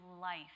life